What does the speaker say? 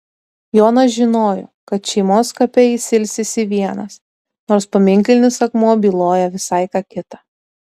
jonas žinojo kad šeimos kape jis ilsisi vienas nors paminklinis akmuo byloja visai ką kita